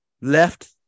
left